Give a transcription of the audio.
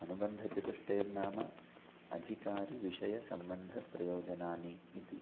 अनुबन्धचतुष्टयं नाम अधिकारिविषयसम्बन्धप्रयोजनानि इति